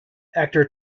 actor